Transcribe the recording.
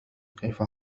كيف